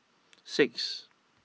six